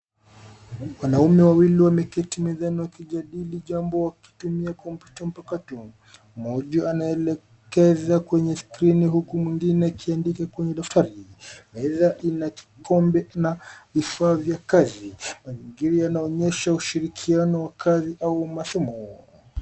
Wanaume wawili wameketi mezani wakijadili jambo wakitumia kompyuta mpakato. Mmoja anaelekeza kwenye skrini huku mwingine akiandika kwenye daftari. Meza ina kikombe au vifaa vya kazi. Mazingira yanaonyesha ishirikiano wa kazi au masomo.